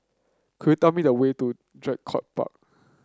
could you tell me the way to Draycott Park